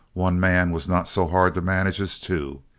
one man was not so hard to manage as two,